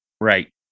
Right